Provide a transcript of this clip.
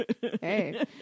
Hey